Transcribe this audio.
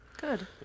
Good